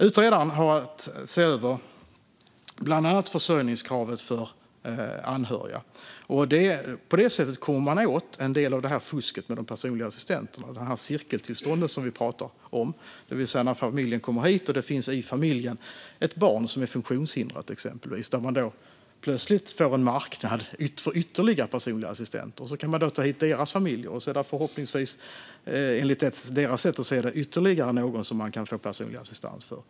Utredaren har att se över bland annat försörjningskravet för anhöriga. På det sättet kan man komma åt en del av fusket med de personliga assistenterna, alltså cirkeltillstånden som vi pratade om, det vill säga när en familj kommer hit och det i familjen finns exempelvis ett barn som är funktionshindrat. Då får man plötsligt en marknad för ytterligare personliga assistenter, och så kan man ta hit deras familjer, och så kan man förhoppningsvis, enligt deras sätt att se det, ytterligare någon som man få personlig assistans för.